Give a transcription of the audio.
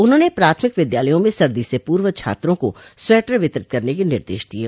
उन्होंने प्राथमिक विद्यालयों में सर्दी से पूर्व छात्रों को स्वेटर वितरित करने के निर्देश दिये